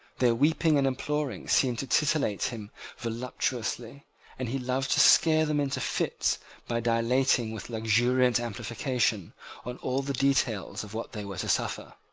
their weeping and imploring seemed to titillate him voluptuously and he loved to scare them into fits by dilating with luxuriant amplification on all the details of what they were to suffer.